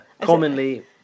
commonly